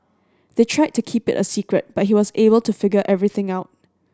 they tried to keep it a secret but he was able to figure everything out